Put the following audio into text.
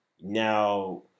now